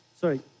sorry